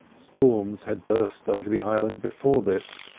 storms had burst over the island before this.